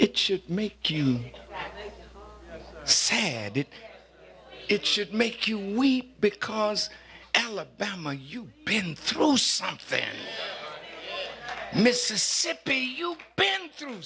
it should make you sad it it should make you weep because alabama you've been through something mississippi you band through